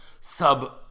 sub